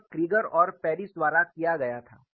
यह क्रीगर और पेरिस द्वारा किया गया था